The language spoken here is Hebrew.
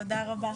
תודה רבה.